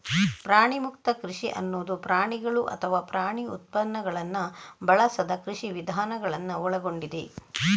ಪ್ರಾಣಿಮುಕ್ತ ಕೃಷಿ ಅನ್ನುದು ಪ್ರಾಣಿಗಳು ಅಥವಾ ಪ್ರಾಣಿ ಉತ್ಪನ್ನಗಳನ್ನ ಬಳಸದ ಕೃಷಿ ವಿಧಾನಗಳನ್ನ ಒಳಗೊಂಡಿದೆ